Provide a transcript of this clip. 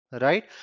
Right